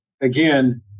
again